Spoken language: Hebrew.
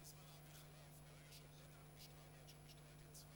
לחוק-יסוד: הממשלה בנושא העברת סמכויות משר האוצר לשר המשפטים,